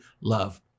love